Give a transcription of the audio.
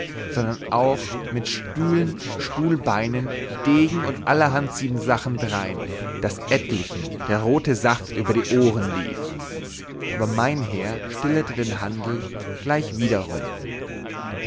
sondern auch mit stühlen stuhlbeinen degen und allerhand siebensachen drein daß etlichen der rote saft über die ohren lief aber mein herr stillete den handel gleich wiederum